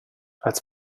als